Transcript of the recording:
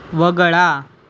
वगळा